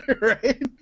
Right